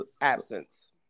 absence